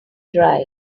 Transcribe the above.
dry